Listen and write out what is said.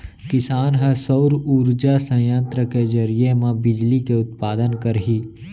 किसान ह सउर उरजा संयत्र के जरिए म बिजली के उत्पादन करही